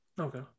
Okay